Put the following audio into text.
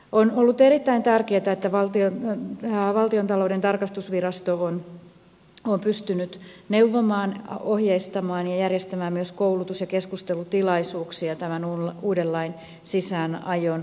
on ollut erittäin tärkeätä että valtiontalouden tarkastusvirasto on pystynyt neuvomaan ohjeistamaan ja järjestämään myös koulutus ja keskustelutilaisuuksia tämän uuden lain sisäänajon osalta